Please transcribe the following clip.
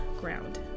ground